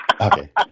Okay